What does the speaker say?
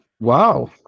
Wow